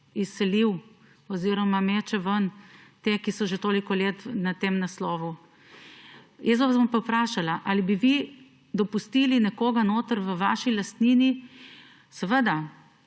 izselil oziroma meče ven te, ki so že toliko let ne tem naslovu. Jaz vas bom pa vprašala, ali bi vi pustili nekoga v vaši lastnini, če 10,